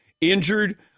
injured